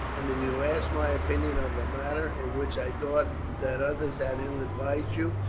and if you ask my opinion of a matter in which i thought that others had ill advised you,